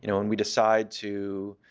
you know when we decide to